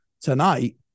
Tonight